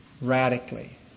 radically